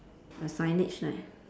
a signage right